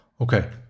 Okay